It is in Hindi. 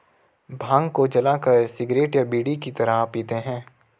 भांग को जलाकर सिगरेट या बीड़ी की तरह पीते हैं